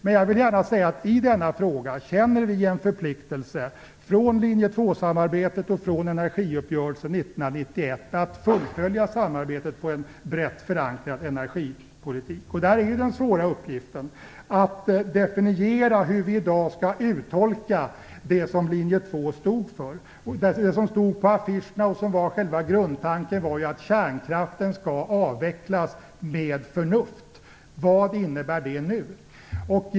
Men jag vill gärna säga att vi i denna fråga känner en förpliktelse från linje 2-samarbetet och från energiuppgörelsen 1991 att fullfölja samarbetet på en brett förankrad energipolitik. Där är den svåra uppgiften att definiera hur vi i dag skall uttolka det som linje 2 stod för. Det som stod på affischerna och som var själva grundtanken var ju att kärnkraften skall avvecklas med förnuft. Vad innebär det nu?